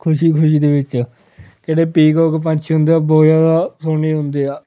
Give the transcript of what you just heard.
ਖੁਸ਼ੀ ਖੁਸ਼ੀ ਦੇ ਵਿੱਚ ਕਿਹੜੇ ਪੀਕੋਕ ਪੰਛੀ ਹੁੰਦੇ ਆ ਉਹ ਬਹੁਤ ਜ਼ਿਆਦਾ ਸੋਹਣੇ ਹੁੰਦੇ ਆ